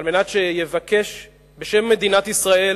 על מנת שיבקש בשם מדינת ישראל